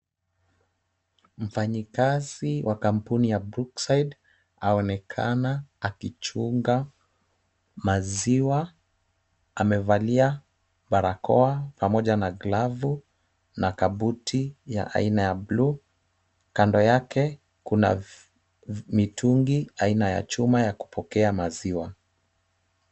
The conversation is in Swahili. Mfanyakazi wa kampuni ya Brookside ,aonekana akichunga maziwa. Amevalia barakoa, pamoja na glavu na kabuti ya aina ya bluu. Kando yake kuna mitungi aina ya chuma ya kupokea maziwa.